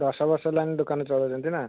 ଦଶବର୍ଷ ହେଲାଣି ଦୋକାନ ଚଳଉଛନ୍ତି ନା